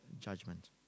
judgment